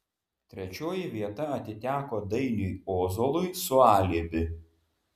trečioji vieta atiteko dainiui ozolui su alibi